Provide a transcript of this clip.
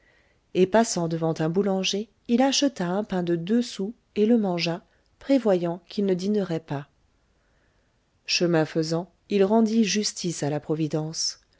et passant devant un boulanger il acheta un pain de deux sous et le mangea prévoyant qu'il ne dînerait pas chemin faisant il rendit justice à la providence